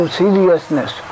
seriousness